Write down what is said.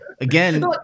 again